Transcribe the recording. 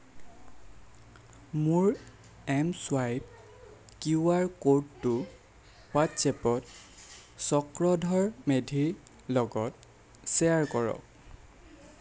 মোৰ M swipe Q R ক'ডটো হোৱাট্ছএপত চক্ৰধৰ মেধিৰ লগত শ্বেয়াৰ কৰক